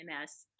MS